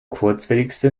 kurzwelligste